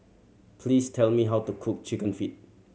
please tell me how to cook Chicken Feet